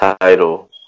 title